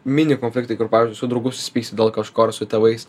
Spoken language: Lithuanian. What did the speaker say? mini konfliktai kur pavyzdžiui su draugu susipyksti dėl dėl kažko ar su tėvais